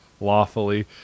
lawfully